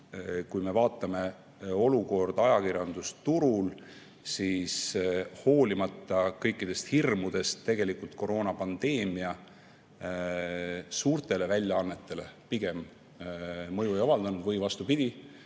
kui me vaatame olukorda ajakirjandusturul, siis hoolimata kõikidest hirmudest, koroonapandeemia suurtele väljaannetele pigem mõju ei avaldanud. Vastupidi,